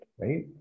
right